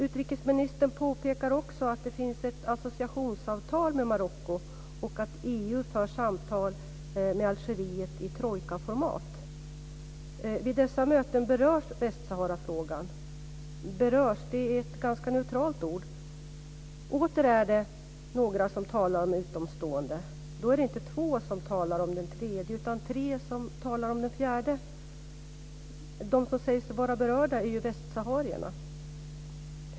Utrikesministern påpekar också att det finns ett associationsavtal med Marocko och att EU för samtal med Algeriet i trojkaformat. Vid dessa möten berörs Västsaharafrågan. Berörs är ett ganska neutralt ord. Åter är det några som talar om en utomstående. Då är det inte två som talar om den tredje, utan tre som talar om den fjärde. De som sägs vara berörda är ju västsaharierna.